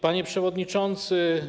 Panie Przewodniczący!